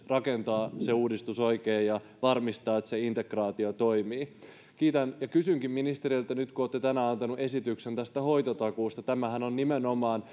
rakentaa sen uudistuksen oikein ja varmistaa että integraatio toimii kiitän ja kysynkin ministereiltä nyt kun olette tänään antaneet esityksen tästä hoitotakuusta tämähän on nimenomaan